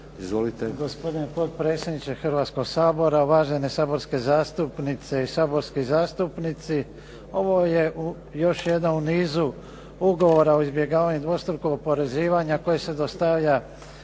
Gospodine potpredsjedniče Hrvatskoga sabora, uvažene saborske zastupnice i saborski zastupnici. Ovo je još jedan u nizu ugovora o izbjegavanju dvostrukog oporezivanja koje se dostavlja